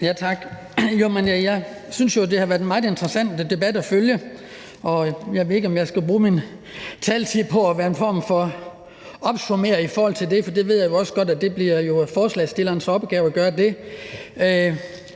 Jeg synes jo, det har været en meget interessant debat at følge. Jeg ved ikke, om jeg skal bruge min taletid på at opsummere det, for jeg ved jo også godt, at det bliver forslagsstillernes opgave at gøre det.